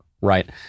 right